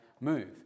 Move